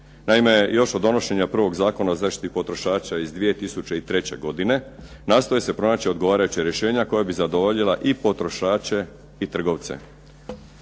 Naime, još od donošenja prvog Zakona o zaštiti potrošača iz 2003. godine, nastoje se pronaći odgovarajuća rješenja koja bi zadovoljila i potrošače i trgovce.